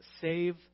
save